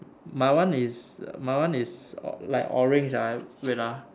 my one is my one is like orange ah wait ah